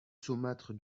saumâtre